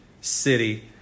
city